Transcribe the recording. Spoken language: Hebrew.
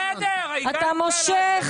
אתה מושך זמן.